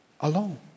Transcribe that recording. alone